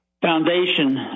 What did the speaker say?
foundation